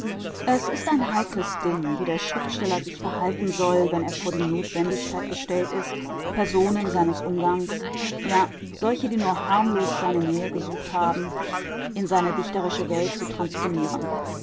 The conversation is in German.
es ist ein heikles ding wie der schriftsteller sich verhalten soll wenn er vor die notwendigkeit gestellt ist personen seines umgangs ja solche die nur harmlos seine nähe gesucht haben in seine dichterische welt zu transponieren